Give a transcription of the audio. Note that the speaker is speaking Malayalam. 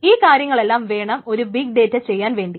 ഈ കാര്യങ്ങളെല്ലാം വേണം ഒരു ബിഗ് ഡേറ്റ ചെയ്യാൻ വേണ്ടി